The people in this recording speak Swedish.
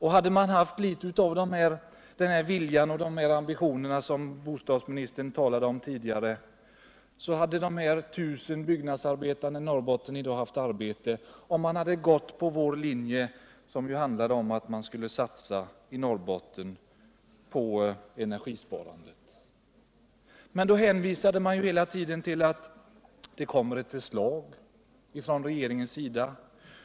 Hade man haft litet av den vilja och ambition som bostadsministern talade om tidigare och följt vår linje, som handlar om att man skall satsa på energisparande i Norrbotten, hade dessa 1 000 byggnadsarbetare i dag haft arbete. Då hänvisade man hela tiden till att det skulle komma ett förslag från regeringen.